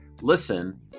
Listen